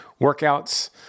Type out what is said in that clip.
workouts